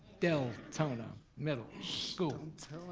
deltona middle school.